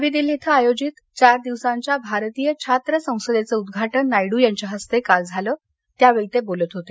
नवी दिल्ली इथं आयोजित चार दिवसांच्या भारतीय छात्र संसदेचं उद्घाटन नायडू यांच्या हस्ते काल झालं त्यावेळी ते बोलत होते